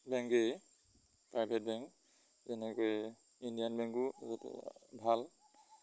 বেংকেই private bank যেনেকৈ Indian বেংকো যতে ভাল